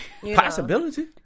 possibility